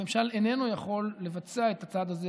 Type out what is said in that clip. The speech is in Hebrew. הממשל איננו יכול לבצע את הצעד הזה,